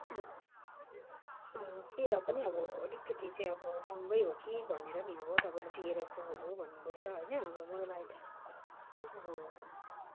अब तेह्र पनि अब अलिकति चाहिँ अब महँगै हो कि भनेर नि अब तपाईँले तेह्र सौहरू भन्नुहुँदैछ होइन अब मलाई त अब